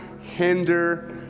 hinder